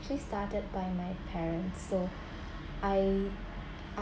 actually started by my parents so I ah